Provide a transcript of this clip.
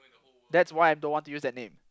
that's why I don't want to use that name